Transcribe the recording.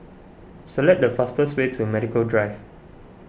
select the fastest way to Medical Drive